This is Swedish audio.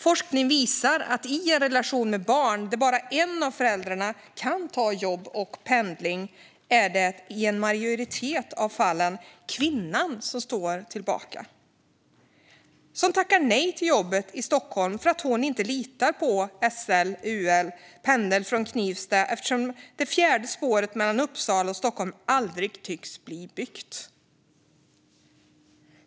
Forskning visar att det, i en relation med barn där bara en av föräldrarna kan ta jobb och pendling, i en majoritet av fallen är kvinnan som står tillbaka. Det är hon som tackar nej till jobbet i Stockholm för att hon inte litar på SL, UL och pendeln från Knivsta och eftersom det fjärde spåret mellan Uppsala och Stockholm aldrig tycks bli byggt.